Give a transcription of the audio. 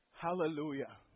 Hallelujah